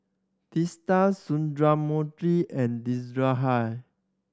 Teesta Sundramoorthy and